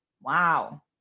Wow